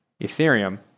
Ethereum